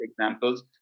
examples